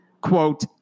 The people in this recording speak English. quote